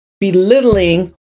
belittling